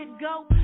go